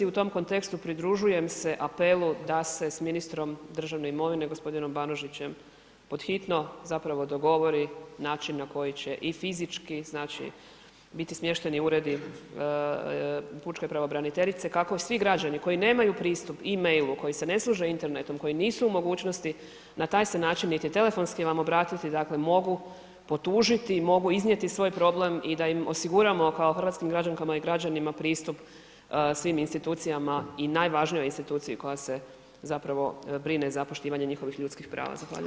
I u tom kontekstu pridružujem se apelu da se s ministrom državne imovine gospodinom Banužićem pod hitno dogovori način na koji će i fizički biti smješteni uredi pučke pravobraniteljice kako svi građani koji nemaju pristup e-mailu, koji se ne služe Internetom, koji nisu u mogućnosti na taj se način niti telefonski vam obratiti mogu potužiti i mogu iznijeti svoj problem i da im osiguramo kao hrvatskim građankama i građanima pristup svim institucijama i najvažnijoj instituciji koja se brine za poštivanje njihovih ljudskih prava.